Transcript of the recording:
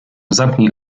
zamknij